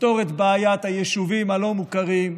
לפתור את בעיית היישובים הלא-מוכרים,